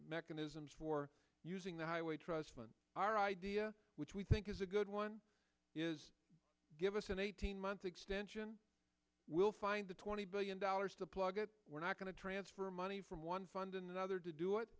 mechanisms for using the highway trust fund our idea which we think is a good one give us an eighteen month extension we'll find the twenty billion dollars to plug it we're not going to transfer money from one fund another to do it